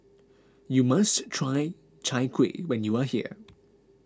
you must try Chai Kuih when you are here